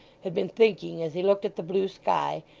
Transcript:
had been thinking, as he looked at the blue sky,